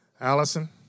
Allison